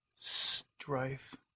...strife